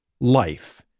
life